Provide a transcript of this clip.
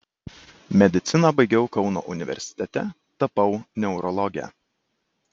mediciną baigiau kauno universitete tapau neurologe